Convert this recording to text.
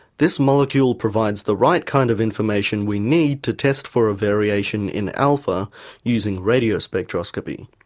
this molecule provides the right kind of information we need to test for a variation in alpha using radio spectroscopy.